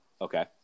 Okay